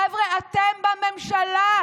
חבר'ה, אתם בממשלה,